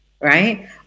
Right